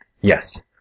Yes